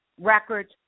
records